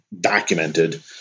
documented